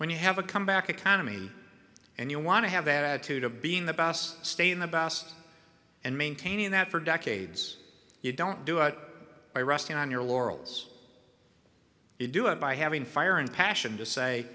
when you have a comeback economy and you want to have that attitude of being the best state in the best and maintaining that for decades you don't do it by resting on your laurels you do it by having fire and passion to say